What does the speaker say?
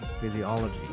physiology